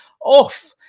off